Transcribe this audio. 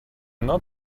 not